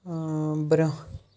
برٛونٛہہ